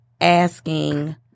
asking